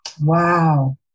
Wow